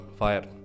fire